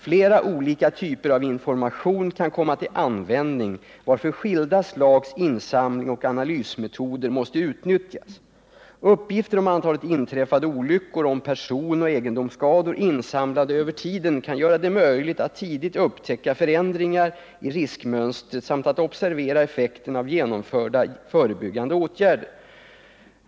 Flera olika typer av information kan komma till användning, varför skilda slags insamlingsoch analysmetoder måste utnyttjas. Uppgifter om antalet inträffade olyckor och om personoch egendomsskador insamlade över tiden kan göra det möjligt att tidigt upptäcka förändringar i riskmönstret samt att observera effekten av genomförda förebyggande åtgärder.